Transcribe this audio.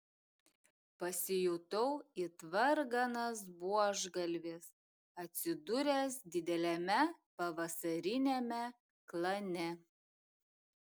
pasijutau it varganas buožgalvis atsidūręs dideliame pavasariniame klane